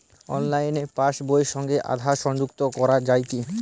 অনলাইনে পাশ বইয়ের সঙ্গে আধার সংযুক্তি করা যায় কি?